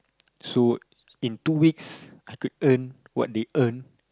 so in two weeks I could earn what they earn